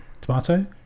Tomato